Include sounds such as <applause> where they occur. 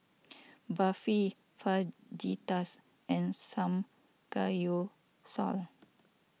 <noise> Barfi Fajitas and Samgeyopsal